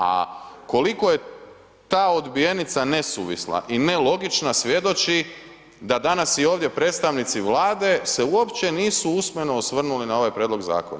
A koliko je ta odbijenica nesuvisla i nelogična svjedoči da danas i ovdje predstavnici Vlade se uopće nisu usmeno osvrnuli na ovaj prijedlog zakona.